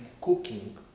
cooking